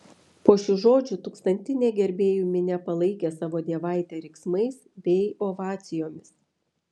po šių žodžių tūkstantinė gerbėjų minia palaikė savo dievaitę riksmais bei ovacijomis